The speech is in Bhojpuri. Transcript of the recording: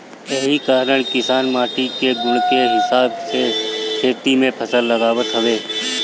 एही कारण किसान माटी के गुण के हिसाब से खेत में फसल लगावत हवे